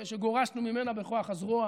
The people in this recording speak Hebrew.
אחרי שגורשנו ממנה בכוח הזרוע.